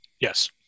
Yes